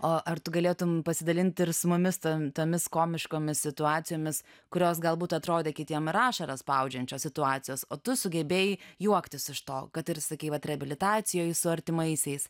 o ar tu galėtum pasidalint ir su mumis tomis komiškomis situacijomis kurios galbūt atrodė kitiem ir ašarą spaudžiančios situacijos o tu sugebėjai juoktis iš to kad ir sakei vat reabilitacijoj su artimaisiais